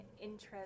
interest